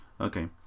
Okay